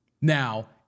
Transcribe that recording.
Now